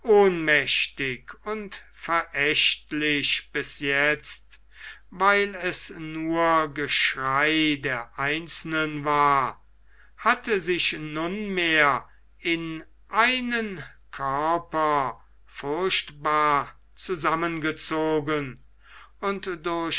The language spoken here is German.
ohnmächtig und verächtlich bis jetzt weil es nur geschrei der einzelnen war hatte sich nunmehr in einen körper furchtbar zusammengezogen und